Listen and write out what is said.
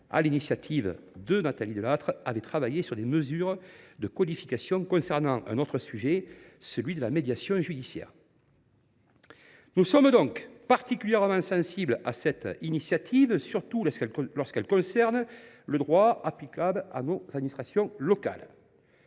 l’initiative de Nathalie Delattre, avait travaillé sur des mesures de codification concernant un tout autre sujet : la médiation judiciaire. Nous sommes donc particulièrement sensibles à cette initiative, surtout lorsqu’elle concerne le droit applicable à nos administrations locales.